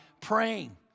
praying